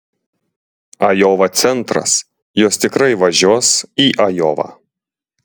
ajova centras jos tikrai važiuos į ajovą